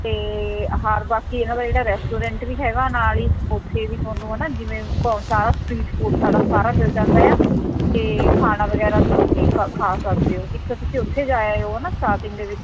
ਅਤੇ ਹਰ ਬਾਕੀ ਇਹਨਾਂ ਦਾ ਜਿਹੜਾ ਰੈਸਟੋਰੈਂਟ ਵੀ ਹੈਗਾ ਨਾਲ ਹੀ ਉੱਥੇ ਵੀ ਤੁਹਾਨੂੰ ਹੈ ਨਾ ਜਿਵੇਂ ਸਾਰਾ ਸਟਰੀਟ ਫੂਡ ਸਾਰਾ ਮਿਲ ਜਾਂਦਾ ਹੈ ਅਤੇ ਖਾਣਾ ਵਗੈਰਾ ਵੀ ਤੁਸੀਂ ਕ ਖਾ ਸਕਦੇ ਹੋ ਇੱਕ ਤਾਂ ਤੁਸੀਂ ਉੱਥੇ ਜਾ ਆਇਓ ਹੈ ਨਾ ਸਟਾਰਟਿੰਗ ਦੇ ਵਿੱਚ